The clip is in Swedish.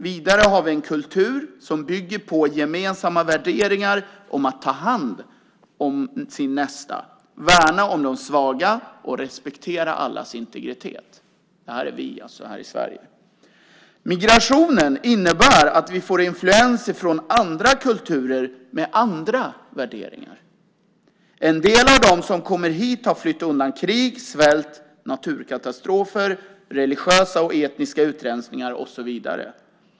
Vidare har vi en kultur som bygger på gemensamma värderingar om att ta hand om sin nästa, värna om de svaga och respektera allas integritet." Det är alltså vi här i Sverige. Vidare står det: "Migrationen innebär att vi får influenser från andra kulturer med andra värdegrunder. En del av dem som kommer hit har flytt undan krig, svält, naturkatastrofer, religiösa och etniska utrensningar osv.